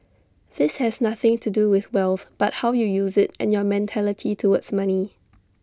this has nothing to do with wealth but how you use IT and your mentality towards money